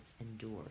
endured